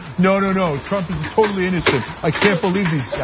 no, no, no, trump is totally innocent. i can't believe these,